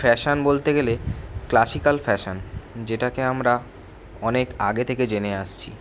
fashion বলতে গেলে classical fashion যেটাকে আমরা অনেক আগে থেকে জেনে আসছি